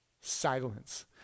silence